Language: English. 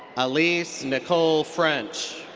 alyse nicolle french.